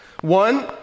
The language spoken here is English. One